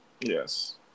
Yes